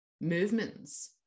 movements